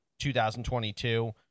2022